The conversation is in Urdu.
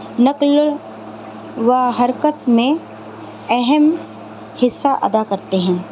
نقل و حرکت میں اہم حصہ ادا کرتے ہیں